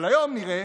אבל היום נראה